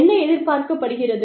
என்ன எதிர்பார்க்கப்படுகிறது